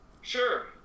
sure